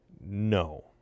No